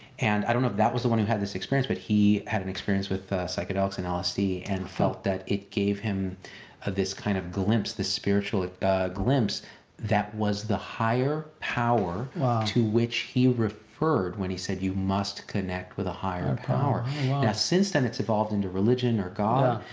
and i don't know if that was the one who had this experience, but he had an experience with psychedelics and lsd and felt that it gave him ah this kind of glimpse, this spiritual glimpse that was the higher power to which he referred when he said, you must connect with a higher power. now since then, it's evolved into religion or god,